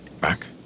back